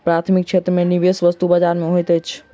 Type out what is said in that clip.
प्राथमिक क्षेत्र में निवेश वस्तु बजार में होइत अछि